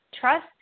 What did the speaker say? trust